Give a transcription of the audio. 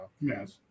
yes